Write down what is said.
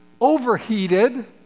overheated